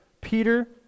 Peter